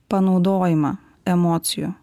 panaudojimą emocijų